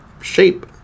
shape